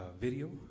video